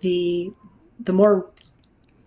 the the more